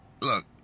Look